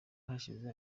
hashize